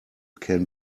can